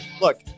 look